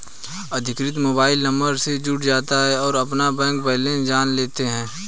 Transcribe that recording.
अधिकृत mobile number से जुड़ जाता है और अपना बैंक बेलेंस जान लेता है